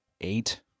eight